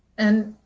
and